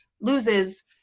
loses